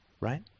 right